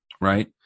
right